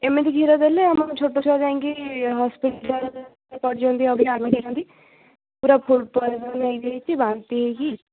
ଏମିତି କ୍ଷୀର ଦେଲେ ଆମର ଛୋଟ ଛୁଆ ଯାଇକି ହସ୍ପିଟାଲରେ ପଡ଼ିଛନ୍ତି ଅବିକା ଆଡ଼ମିଟ୍ ହେଇଛନ୍ତି ପୁରା ଫୁଡ଼୍ ପଏଜନ୍ ହେଇଯାଇଛି ବାନ୍ତି ହେଇକି